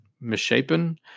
misshapen